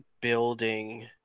building